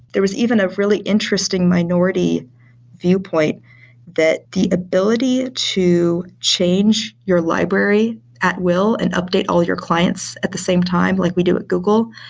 there was even a really interesting minority viewpoint that the ability to change your library at will and update all your clients at the same time, like we do at google,